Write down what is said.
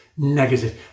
negative